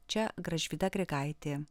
čia gražvyda grigaitė